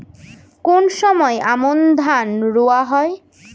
কোন সময় আমন ধান রোয়া হয়?